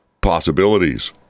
possibilities